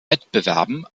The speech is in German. wettbewerben